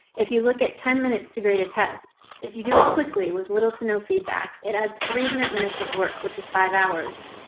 if you look at ten minutes to grade a test, if you do it quickly with little to no feedback, it adds three hundred minutes of work, which is five hours.